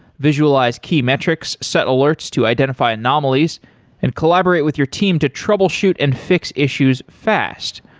visualize key metrics, set alerts to identify anomalies and collaborate with your team to troubleshoot and fix issues fast.